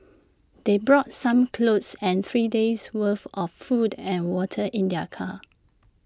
they brought some clothes and three days' worth of food and water in their car